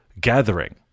gathering